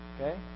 okay